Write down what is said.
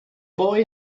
boy